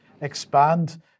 expand